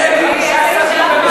יש להם חמישה שרים,